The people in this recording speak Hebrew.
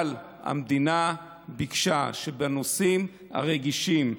אבל המדינה ביקשה שהנושאים הרגישים,